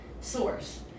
source